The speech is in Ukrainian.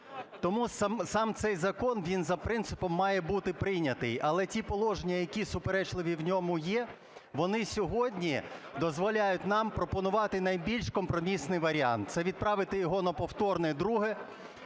Тому сам цей закон, він за принципом має бути прийнятий. Але ті положення, які суперечливі в ньому є, вони сьогодні дозволяють нам пропонувати найбільш компромісний варіант – це відправити його на повторне друге,